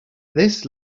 this